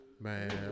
Man